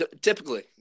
typically